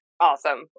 Awesome